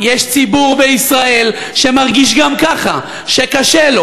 יש ציבור בישראל שמרגיש גם ככה שקשה לו,